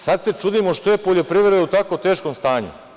Sada se čudimo što je poljoprivreda u tako teškom stanju.